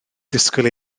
ddisgwyl